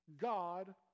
God